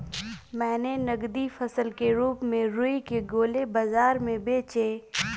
मैंने नगदी फसल के रूप में रुई के गोले बाजार में बेचे हैं